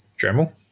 Dremel